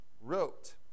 wrote